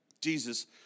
Jesus